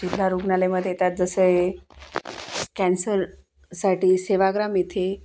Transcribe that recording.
जिल्हा रुग्णालयमध्ये येतात जसे कॅन्सरसाठी सेवाग्राम येथे